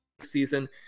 season